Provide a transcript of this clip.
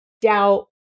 doubt